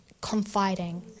confiding